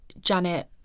Janet